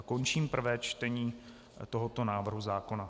Končím prvé čtení tohoto návrhu zákona.